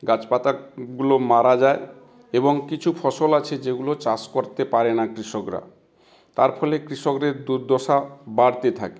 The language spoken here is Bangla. গাছ পাতাগুলো মারা যায় এবং কিছু ফসল আছে যেগুলো চাষ করতে পারে না কৃষকরা তার ফলে কৃষকদের দুর্দশা বাড়তে থাকে